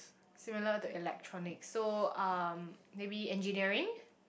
similar to electronics so um maybe engineering